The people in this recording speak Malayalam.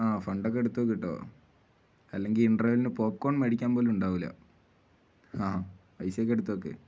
ആ ഫണ്ടൊക്കെ എടുത്ത് വയ്ക്ക് കേട്ടോ അല്ലെങ്കിൽ ഇൻഡ്രവെല്ലിന് പോപ്കോൺ മേടിക്കാൻ പോലും ഉണ്ടാവില്ല ആ പൈസയ ഒക്കെ എടുത്ത് വെക്ക്